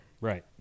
Right